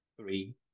three